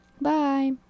Bye